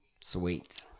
Sweet